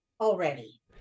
already